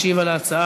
משיב על ההצעה,